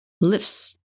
lifts